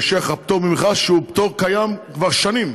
יימשך הפטור ממכרז, שהוא פטור שקיים כבר שנים,